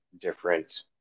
different